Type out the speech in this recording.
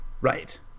Right